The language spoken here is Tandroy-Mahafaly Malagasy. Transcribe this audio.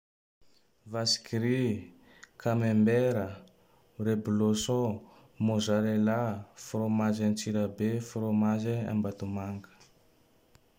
Vaskiry kamembera, reblôson, frômage Antsirabe, frômage Ambatomanga.